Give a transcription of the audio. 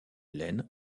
hélène